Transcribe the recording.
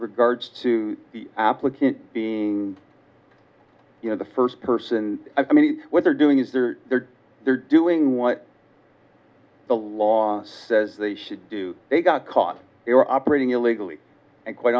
regards to the applicant being you know the first person i mean what they're doing is they're there they're doing what the law says they should do they got caught they're operating illegally and quite